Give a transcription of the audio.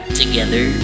together